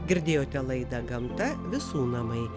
girdėjote laidą gamta visų namai